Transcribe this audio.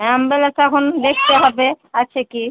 ambulance তো এখন দেখতে হবে আছে কি